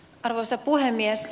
arvoisa puhemies